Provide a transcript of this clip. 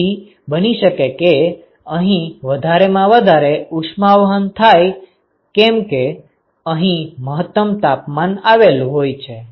તેથી બની શકે કે અહીં વધારેમાં વધારે ઉષ્મા વહન થાય કેમ કે અહીં મહત્તમ તાપમાન આવેલું હોય છે